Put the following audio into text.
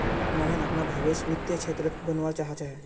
मोहन अपनार भवीस वित्तीय क्षेत्रत बनवा चाह छ